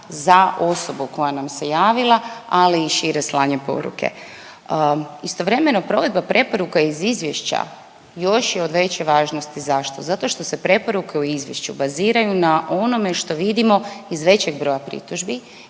za osobu koja nam se javila ali i šire slanje poruke. Istovremeno provedba preporuka iz izvješća još je od veće važnosti. Zašto? Zato što se preporuke u izvješću baziraju na onome što vidimo iz većeg broja pritužbi,